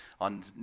on